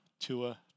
Tua